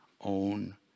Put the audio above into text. own